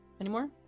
anymore